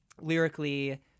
lyrically